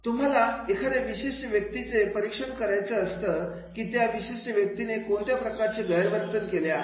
तुम्हाला एखाद्या विशिष्ट व्यक्तीचा परिक्षण करायचं असतं की त्या विशिष्ट व्यक्तीने कोणत्या प्रकारचं गैरवर्तन केलेला आहे